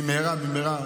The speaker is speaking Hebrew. במהרה במהרה,